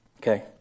Okay